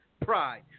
pride